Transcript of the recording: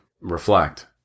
reflect